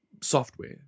software